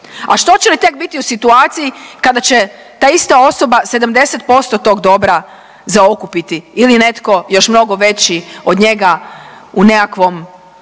A što će li tek biti u situaciji kada će ta ista osoba 70% tog dobra zaokupiti ili netko još mnogo veći od njega u nekakvom